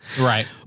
Right